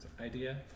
idea